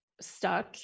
stuck